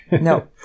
no